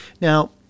Now